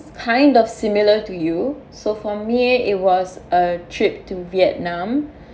kind of similar to you so for me it was a trip to vietnam